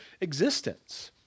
existence